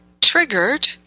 triggered